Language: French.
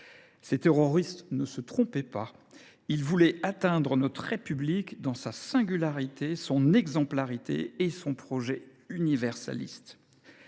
Ces terroristes ne se trompaient pas : ils voulaient atteindre notre République dans sa singularité, son exemplarité et son projet universaliste.